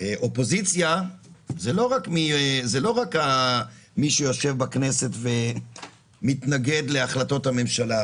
אופוזיציה זה לא רק מי שיושב בכנסת ומתנגד להחלטות הממשלה,